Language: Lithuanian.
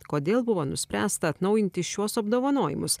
kodėl buvo nuspręsta atnaujinti šiuos apdovanojimus